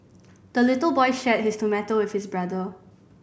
the little boy shared his tomato with his brother